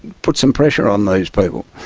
put some pressure on these people.